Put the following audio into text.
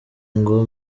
ngo